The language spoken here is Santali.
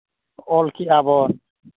ᱚᱞ ᱠᱮᱫᱼᱟ ᱵᱚᱱ